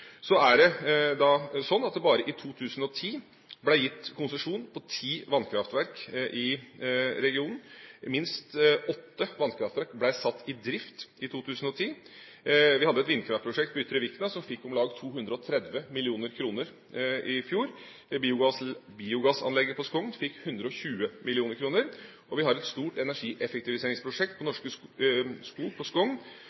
Bare i 2010 ble det gitt konsesjoner på ti vannkraftverk i regionen. Minst åtte vannkraftverk ble satt i drift i 2010. Vi hadde et vindkraftprosjekt på Ytre Vikna som fikk om lag 230 mill. kr i fjor. Biogassanlegget på Skogn fikk 120 mill. kr, og vi har et stort energieffektiviseringsprosjekt på